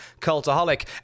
Cultaholic